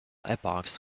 epochs